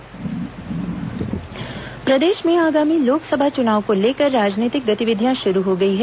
कांग्रेस बैठक प्रदेश में आगामी लोकसभा चुनाव को लेकर राजनीतिक गतिविधियां शुरू हो गई हैं